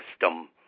system